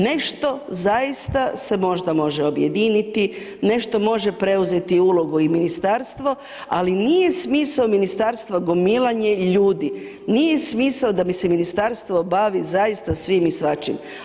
Nešto zaista se možda može objediniti, nešto može preuzeti ulogu i Ministarstvo, ali nije smisao ministarstva gomilanje ljudi, nije smisao da mi se ministarstvo bavi zaista svim i svačim.